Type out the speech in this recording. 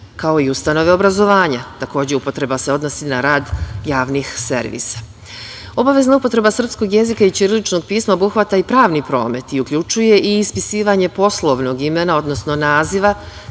kao i ustanove obrazovanja. Takođe, upotreba se odnosi na rad javnih servisa. Obavezna upotreba srpskog jezika i ćiriličnog pisma obuhvata i pravni promet i uključuje i ispisivanje poslovnog imena, odnosno naziva,